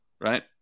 Right